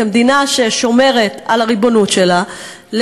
כמדינה ששומרת על הריבונות שלה,